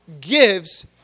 gives